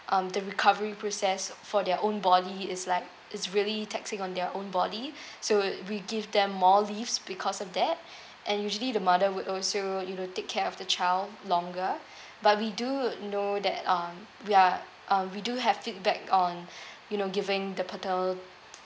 um the recovery process for their own body is like is really taxing on their own body so we give them more leaves because of that and usually the mother would also you know take care of the child longer but we do know that uh we are uh we do have feedback on you know giving the paternal